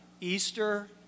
Easter